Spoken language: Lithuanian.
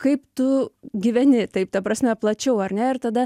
kaip tu gyveni taip ta prasme plačiau ar ne ir tada